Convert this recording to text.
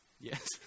Yes